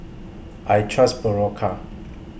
I Trust Berocca